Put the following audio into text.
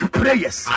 prayers